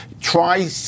Try